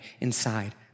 inside